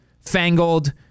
fangled